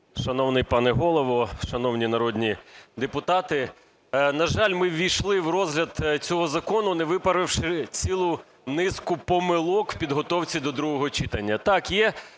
Шановний пане Голово, шановні народні депутати, на жаль, ми ввійшли в розгляд цього закону, не виправивши цілу низку помилок у підготовці до другого читання. Так, є